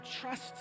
trust